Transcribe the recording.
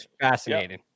fascinating